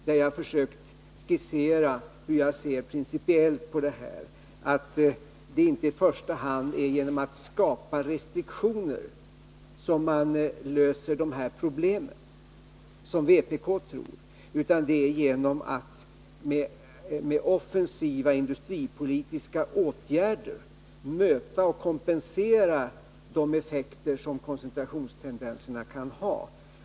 Jag har försökt att skissera hur jag principiellt ser på detta, nämligen att det i första hand inte är genom att skapa restriktioner som man löser de här problemen — som vpk tror — utan att det är genom offensiva industripolitiska åtgärder som man möter och kompenserar de effekter som koncentrationstendenserna kan ha.